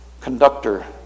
conductor